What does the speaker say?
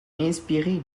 inspiré